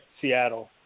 Seattle